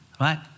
Right